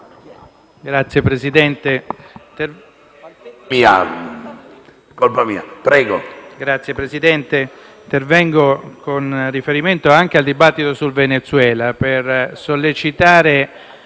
Signor Presidente, intervengo con riferimento anche al dibattito sul Venezuela per sollecitare